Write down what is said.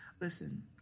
Listen